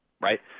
right